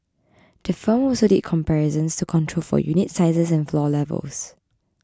the firm also did comparisons to control for unit sizes and floor levels